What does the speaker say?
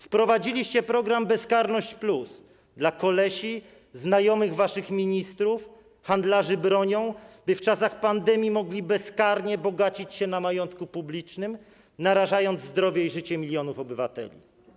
Wprowadziliście program bezkarność+ dla kolesi, znajomych waszych ministrów, handlarzy bronią, by w czasach pandemii mogli bezkarnie bogacić się na majątku publicznym, narażając zdrowie i życie milionów obywateli.